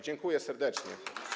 Dziękuję serdecznie.